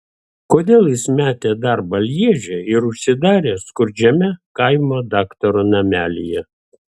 kodėl jis metė darbą lježe ir užsidarė skurdžiame kaimo daktaro namelyje